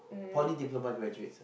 poly diploma graduates ah